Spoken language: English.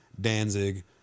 Danzig